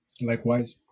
likewise